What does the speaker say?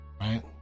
right